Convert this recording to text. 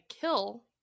kill